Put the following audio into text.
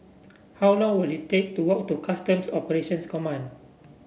how long will it take to walk to Customs Operations Command